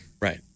Right